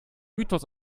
mythos